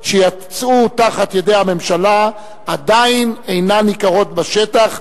שיצאו מתחת ידי הממשלה עדיין אינן ניכרות בשטח,